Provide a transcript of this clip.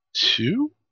two